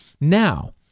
Now